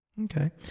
Okay